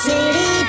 City